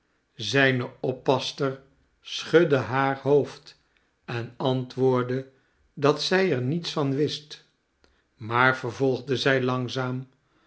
zijne oppasster schudde haar hoofd en antwoordde dat zij er niets van wist maar vervolgde zij langzaam